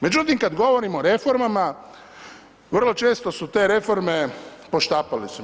Međutim, kad govorim o reformama vrlo često su te reforme poštapalice.